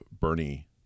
Bernie